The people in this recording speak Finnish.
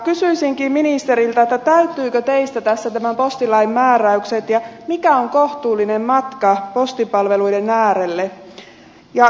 kysyisinkin ministeriltä täyttyvätkö teistä tässä tämän postilain määräykset ja mikä on kohtuullinen matka postipalveluiden äärelle